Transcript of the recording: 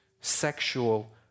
sexual